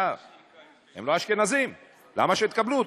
מה, הם לא אשכנזים, למה שתקבלו אותם?